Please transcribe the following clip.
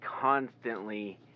constantly